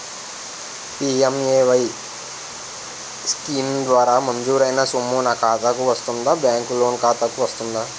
PMAY scheme ద్వారా మంజూరైన సొమ్ము నా ఖాతా కు వస్తుందాబ్యాంకు లోన్ ఖాతాకు వస్తుందా?